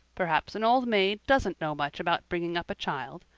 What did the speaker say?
perhaps an old maid doesn't know much about bringing up a child,